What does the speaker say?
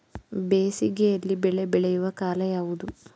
ಬೇಸಿಗೆ ಯಲ್ಲಿ ಬೆಳೆ ಬೆಳೆಯುವ ಕಾಲ ಯಾವುದು?